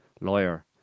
lawyer